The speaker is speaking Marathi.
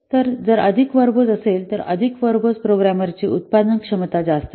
तर जर अधिक व्हर्बोज असेल तर अधिक व्हर्बोज प्रोग्रामरची उत्पादनक्षमता जास्त असेल